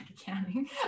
accounting